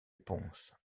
pons